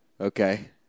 Okay